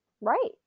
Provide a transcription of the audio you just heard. Right